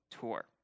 tour